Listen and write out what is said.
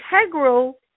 integral